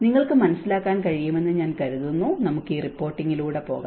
നിങ്ങൾക്ക് മനസ്സിലാക്കാൻ കഴിയുമെന്ന് ഞാൻ കരുതുന്നു നമുക്ക് ഈ റിപ്പോർട്ടിലൂടെ പോകാം